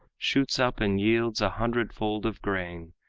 shoots up and yields a hundred-fold of grain,